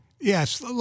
Yes